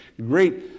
great